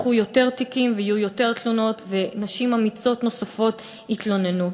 ייפתחו יותר תיקים ויהיו יותר תלונות ונשים אמיצות נוספות יתלוננו.